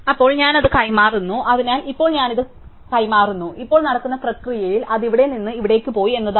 അപ്പോൾ ഞാൻ അത് കൈമാറുന്നു അതിനാൽ ഇപ്പോൾ ഞാൻ ഇത് കൈമാറുന്നു ഇപ്പോൾ നടക്കുന്ന പ്രക്രിയയിൽ അത് ഇവിടെ നിന്ന് ഇവിടേക്ക് പോയി എന്നതാണ്